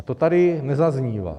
A to tady nezaznívá.